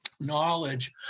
knowledge